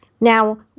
Now